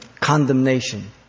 condemnation